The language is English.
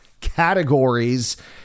categories